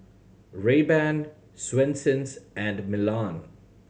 Rayban Swensens and Milan